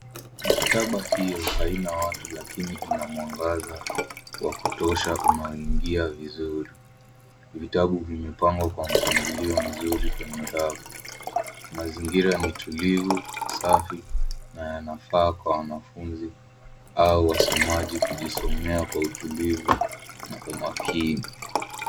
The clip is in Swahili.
Maktaba hiyo haina watu lakini ina mwangaza wa kutosha unaoingia vizuri. Vitabu vimepangwa kwa mpangilio mzuri kwenye rafu. Mazingira ni tulivu, safi na yanafaa kwa wanafunzi au wasomaji kujisomea kwa utulivu na umakini.